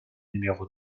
numéro